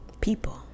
people